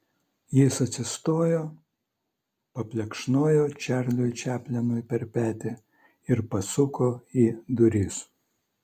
jis atsistojo paplekšnojo čarliui čaplinui per petį ir pasuko į duris